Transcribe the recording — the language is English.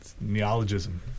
Neologism